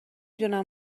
دونم